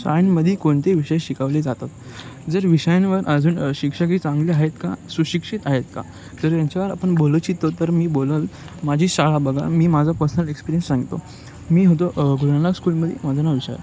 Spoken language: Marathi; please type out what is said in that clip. शाळेमध्ये कोणतेही विषय शिकवले जातात जर विषयांवर अजून शिक्षकही चांगले आहेत का सुशिक्षित आहेत का तर ह्यांच्यावर आपण बोलू इच्छितो तर मी बोलेल माझी शाळा बघा मी माझा पर्सनल एक्सपिरियन्स सांगतो मी होतो गुरुनानक स्कूलमध्ये माझं नाव विशाल